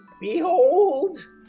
Behold